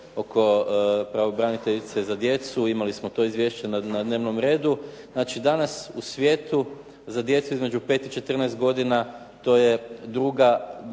oko pravobraniteljice za djecu i imali smo to izvješće na dnevnom redu. Znači, danas u svijetu za djecu između 5 i 14 godina to je druga